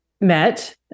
met